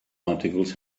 articles